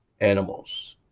animals